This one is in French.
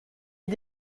est